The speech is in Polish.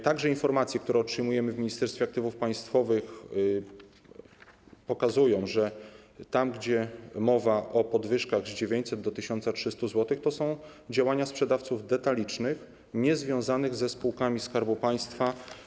Także informacje, które otrzymujemy w Ministerstwie Aktywów Państwowych, pokazują, że tam, gdzie mowa o podwyżkach z 900 zł do 1300 zł, to są działania sprzedawców detalicznych niezwiązanych ze spółkami Skarbu Państwa.